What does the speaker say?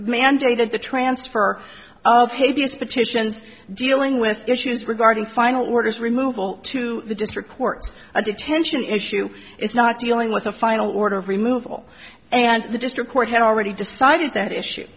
mandated the transfer of hideous petitions dealing with issues regarding final orders removal to the district court a detention issue it's not dealing with a final order of remove all and the district court had already decided that issue